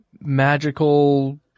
magical